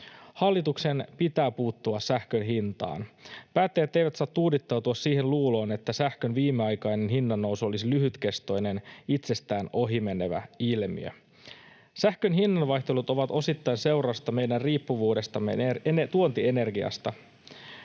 Hallituksen pitää puuttua sähkön hintaan. Päättäjät eivät saa tuudittautua siihen luuloon, että sähkön viimeaikainen hinnannousu olisi lyhytkestoinen itsestään ohimenevä ilmiö. Sähkön hinnan vaihtelut ovat osittain seurausta meidän riippuvuudestamme tuonti-energiasta.